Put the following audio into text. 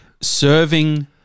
serving